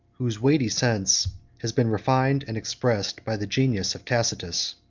whose weighty sense has been refined and expressed by the genius of tacitus.